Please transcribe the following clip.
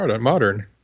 modern